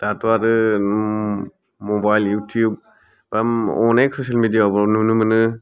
दाथ' आरो म मबाइल इउटिउब ओम अनेक ससियेल मेडिया यावबो नुनो मोनो